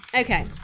okay